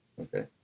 Okay